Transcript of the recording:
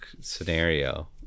scenario